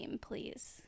please